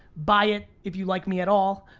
buy it, if you like me at all.